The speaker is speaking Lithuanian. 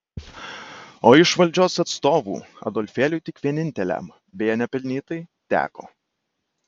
o iš valdžios atstovų adolfėliui tik vieninteliam beje nepelnytai teko